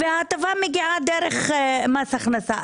וההטבה מגיעה דרך מס הכנסה.